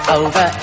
over